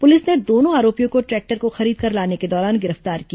police ने दोनों आरोपियों को ट्रै क्टर को खरीदकर लाने के दौरान गिर पतार किया